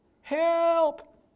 Help